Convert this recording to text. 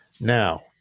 Now